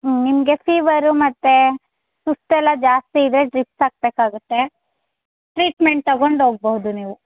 ಹ್ಞೂಂ ನಿಮಗೆ ಫೀವರ್ರು ಮತ್ತೆ ಸುಸ್ತು ಎಲ್ಲ ಜಾಸ್ತಿ ಇದ್ರೆ ಡ್ರಿಪ್ಸ್ ಹಾಕಬೇಕಾಗುತ್ತೆ ಟ್ರೀಟ್ಮೆಂಟ್ ತೊಗೊಂಡು ಹೋಗಬೋದು ನೀವು